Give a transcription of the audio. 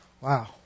Wow